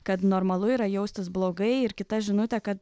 kad normalu yra jaustis blogai ir kita žinutė kad